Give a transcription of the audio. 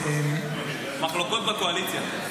מחלוקות בקואליציה.